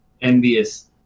envious